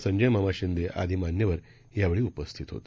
संजयमामा शिंदे आदी मान्यवर यावेळी उपस्थित होते